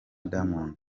diamond